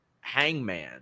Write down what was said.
Hangman